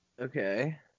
Okay